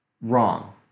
Wrong